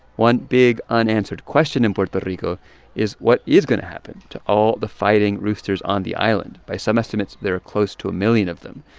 one big, unanswered question in puerto rico is, what is going to happen to all the fighting roosters on the island? by some estimates, there are close to a million of them.